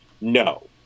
No